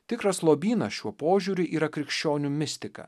tikras lobynas šiuo požiūriu yra krikščionių mistika